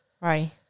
Right